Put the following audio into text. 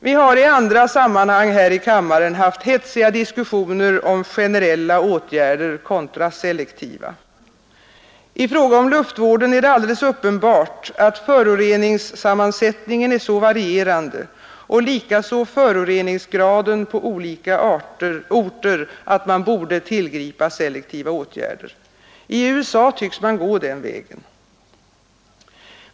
Vi har i andra sammanhang här i kammaren haft hetsiga diskussioner om generella åtgärder contra selektiva. I fråga om luftvården är det alldeles uppenbart att föroreningssammansättningen och likaså förore ningsgraden är så varierande på olika orter att man borde tillgripa selektiva åtgärder. I USA tycks man gå den vägen.